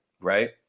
Right